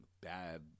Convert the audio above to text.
bad